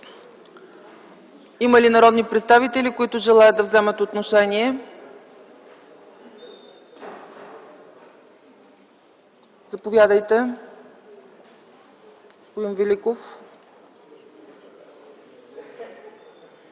Има ли народни представители, които желаят да вземат отношение? Заповядайте, господин Великов.